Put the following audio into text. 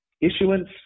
issuance